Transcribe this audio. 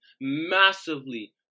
massively